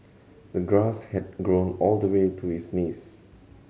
the grass had grown all the way to his knees